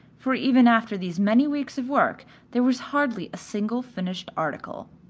for even after these many weeks of work there was hardly a single finished article.